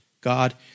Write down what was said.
God